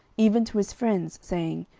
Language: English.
even to his friends, saying,